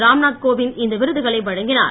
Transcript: ராம் நாத் கோவிந்த் இந்த விருதுகளை வழங்கினார்